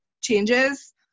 changes